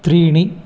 त्रीणि